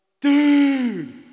dude